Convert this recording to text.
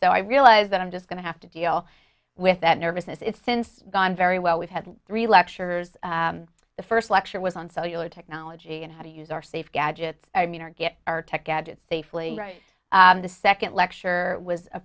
so i realize that i'm just going to have to deal with that nervousness is since gone very well we've had three lectures the first lecture was on cellular technology and how to use our safe gadgets i mean our get our tech gadgets safely the second lecture was a